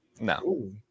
No